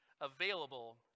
available